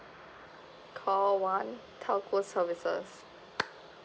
call one telco services